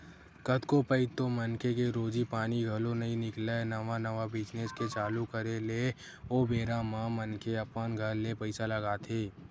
कतको पइत तो मनखे के रोजी पानी घलो नइ निकलय नवा नवा बिजनेस के चालू करे ले ओ बेरा म मनखे अपन घर ले पइसा लगाथे